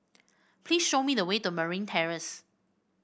please show me the way to Marine Terrace